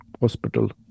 hospital